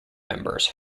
members